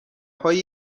های